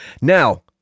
Now